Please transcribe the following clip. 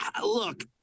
look